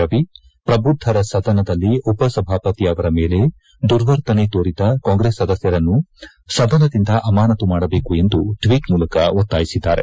ರವಿ ಪ್ರಬುದ್ಧರ ಸದನದಲ್ಲಿ ಉಪಸಭಾಪತಿ ಅವರ ಮೇಲೆ ದುರ್ವರ್ತನೆ ತೋರಿದ ಕಾಂಗ್ರೆಸ್ ಸದಸ್ತರನ್ನು ಸದನದಿಂದ ಅಮಾನತು ಮಾಡಬೇಕು ಎಂದು ಟ್ವೀಟ್ ಮೂಲಕ ಒತ್ತಾಯಿಸಿದ್ದಾರೆ